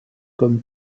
comme